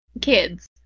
kids